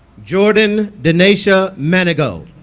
jordan denasia manago